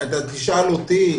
אם תשאל אותי,